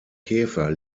käfer